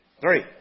three